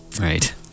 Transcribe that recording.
Right